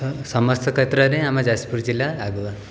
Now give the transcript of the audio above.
ସମସ୍ତ କ୍ଷେତ୍ରରେ ଆମ ଯାଜପୁର ଜିଲ୍ଲା ଆଗୁଆ